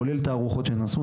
כולל תערוכות שנעשו.